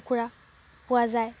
কুকুৰা পোৱা যায়